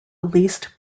least